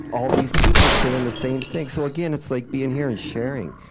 all these people saying the same thing, so again, it's like being here and sharing.